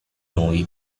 noi